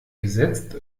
gesetzt